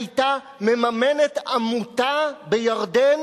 היתה מממנת עמותה בירדן,